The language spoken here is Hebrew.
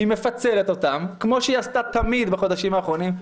היא מפצלת אותן כמו שהיא עשתה תמיד בחודשים האחרונים,